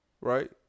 right